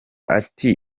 ati